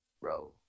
bro